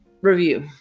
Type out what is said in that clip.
Review